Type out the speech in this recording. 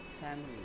family